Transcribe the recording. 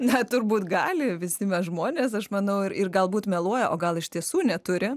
na turbūt gali visi mes žmonės aš manau ir ir galbūt meluoja o gal iš tiesų neturi